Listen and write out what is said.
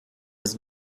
his